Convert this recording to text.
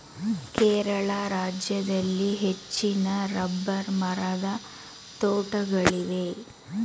ಕೇರಳ ರಾಜ್ಯದಲ್ಲಿ ಹೆಚ್ಚಿನ ರಬ್ಬರ್ ಮರದ ತೋಟಗಳಿವೆ